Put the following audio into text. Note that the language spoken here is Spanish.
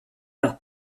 los